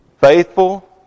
Faithful